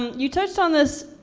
you touched on this,